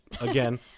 again